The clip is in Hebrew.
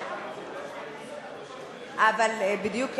אבל בדיוק,